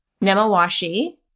Nemawashi